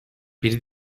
bir